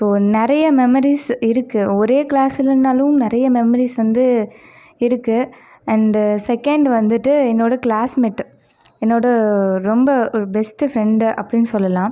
so நிறைய memories இருக்குது ஒரே கிளாஸ் இல்லைனாலும் நிறைய மெமரிஸ் வந்து இருக்குது அண்ட் செக்கெண்டு வந்துட்டு என்னோடய கிளாஸ் மேட்டு என்னோடய ரொம்ப பெஸ்ட் ஃப்ரெண்டு அப்படினு சொல்லலாம்